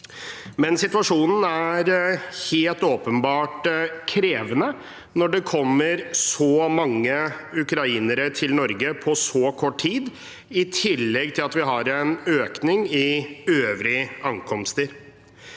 men situasjonen er helt åpenbart krevende når det kommer så mange ukrainere til Norge på så kort tid, i tillegg til at vi har en økning i øvrige ankomster.